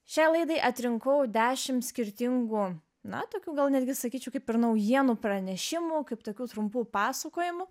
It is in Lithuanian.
šiai laidai atrinkau dešim skirtingų na tokių gal netgi sakyčiau kaip ir naujienų pranešimų kaip tokių trumpų pasakojimų